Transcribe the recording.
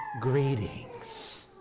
Greetings